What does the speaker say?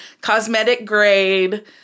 cosmetic-grade